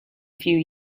few